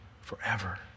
forever